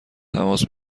تماس